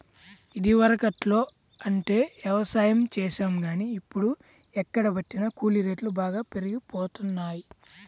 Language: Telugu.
ఇదివరకట్లో అంటే యవసాయం చేశాం గానీ, ఇప్పుడు ఎక్కడబట్టినా కూలీ రేట్లు బాగా పెరిగిపోతన్నయ్